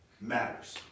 matters